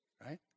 Right